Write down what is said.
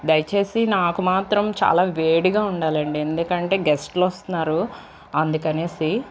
దయచేసి నాకు మాత్రం చాలా వేడిగా ఉండాలండి ఎందుకంటే గెస్టులు వస్తున్నారు అందుకనేసి